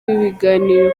ibiganiro